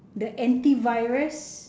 the antivirus